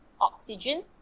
oxygen